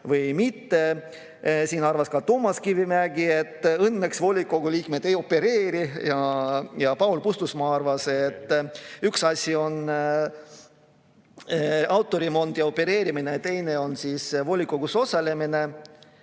või mitte. Toomas Kivimägi arvas, et õnneks volikogu liikmed ei opereeri, ja Paul Puustusmaa arvas, et üks asi on autoremont ja opereerimine ja teine on volikogus osalemine.